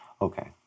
Okay